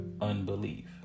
unbelief